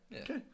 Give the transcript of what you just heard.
Okay